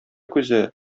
күзе